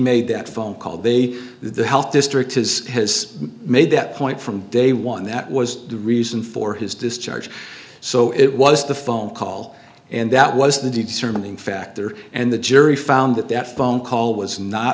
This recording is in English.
made that phone call they the health district is has made that point from day one that was the reason for his discharge so it was the phone call and that was the determining factor and the jury found that that phone call was not